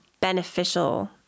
beneficial